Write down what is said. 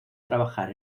trabajar